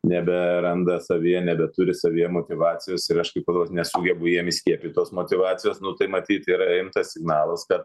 neberanda savyje nebeturi savyje motyvacijos ir aš kaip vadovas nesugebu jiem įskiepyt tos motyvacijos nu tai matyt yra rimtas signalas kad